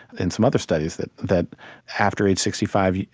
and some other studies, that that after age sixty five,